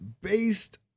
based